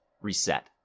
Reset